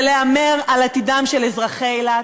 זה להמר על עתידם של אזרחי אילת,